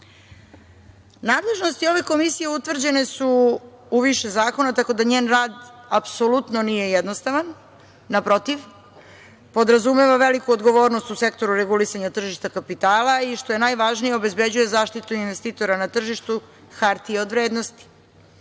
članicama. Nadležnosti ove Komisije utvrđene su u više zakona, tako da njen rad apsolutno nije jednostavan. Podrazumeva veliku odgovornost u sektoru regulisanja tržišta kapitala, i što je najvažnije, obezbeđuje zaštitu investitora na tržištu hartija od vrednosti,